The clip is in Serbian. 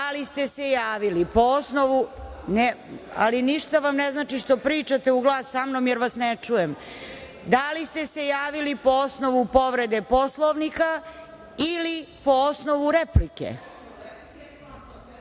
li ste se javili po osnovu povrede Poslovnika ili po osnovu replike? Niste